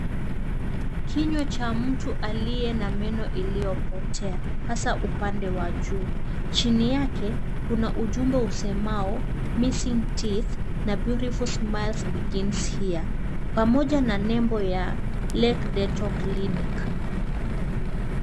Kinywa cha mtu aliye na meno yaliyopotea hasa upande wa juu. Chini yake, kuna ujumbe usemao Missing Teeth na Beautiful smiles begin here pamoja na nembo ya Lake Dental Clinic .